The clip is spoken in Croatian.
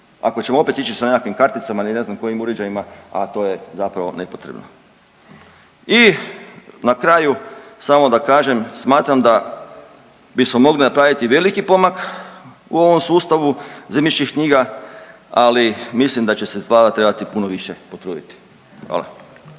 ako ćemo opet ići sa nekakvim karticama i ne znam kojim uređajima, a to je zapravo nepotrebno. I na kraju, samo da kažem, smatram da bismo mogli napraviti veliki pomak u ovom sustavu zemljišnih knjiga, ali mislim da će se Vlada trebati puno više potruditi. Hvala.